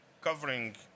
covering